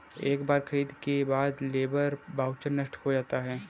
एक बार खरीद के बाद लेबर वाउचर नष्ट हो जाता है